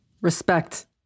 Respect